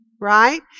right